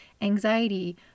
anxiety